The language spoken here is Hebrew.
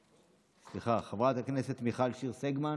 סליחה, חברת הכנסת מיכל שיר סגמן,